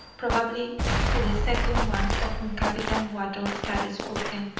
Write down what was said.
probably to the second one of whom captain wattles had spoken,